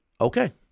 Okay